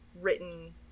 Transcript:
written